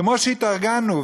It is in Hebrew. כמו שהתארגנו,